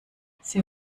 sie